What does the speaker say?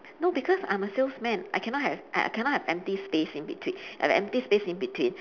no because I'm a salesman I cannot have I cannot have empty space in between I have empty space in between